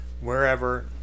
wherever